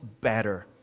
better